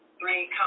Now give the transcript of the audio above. Three